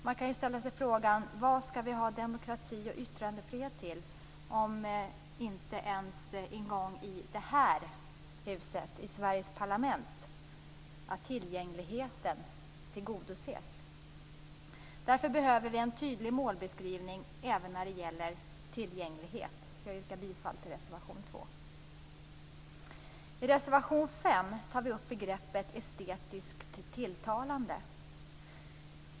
Man kan ju ställa sig frågan: Vad skall vi ha demokrati och yttrandefrihet till om inte tillgängligheten tillgodoses ens i det här huset, i Sveriges parlament? Därför behöver vi behöver en tydlig målbeskrivning även när det gäller tillgänglighet. Jag yrkar bifall till reservation 2. I reservation 5 tar vi upp begreppet estetiskt tilltalande.